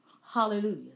Hallelujah